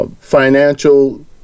Financial